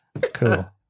Cool